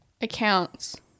accounts